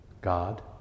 God